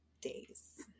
days